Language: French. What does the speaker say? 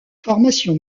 formation